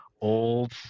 old